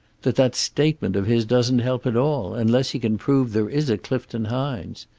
that that statement of his doesn't help at all, unless he can prove there is a clifton hines.